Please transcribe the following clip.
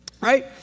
right